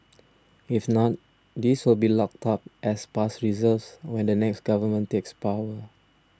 if not these will be locked up as past reserves when the next government takes power